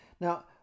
Now